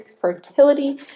fertility